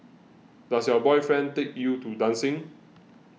does your boyfriend take you to dancing